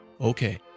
Okay